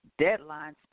deadlines